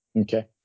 Okay